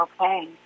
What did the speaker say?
Okay